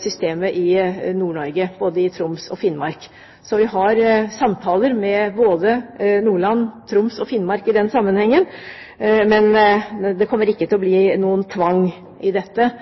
systemet i Nord-Norge, både i Troms og i Finnmark. Vi har altså samtaler med både Nordland, Troms og Finnmark i den sammenhengen, men det kommer ikke til å bli noen tvang i dette.